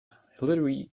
hillary